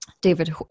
David